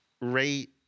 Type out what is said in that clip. rate